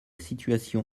situation